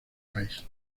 país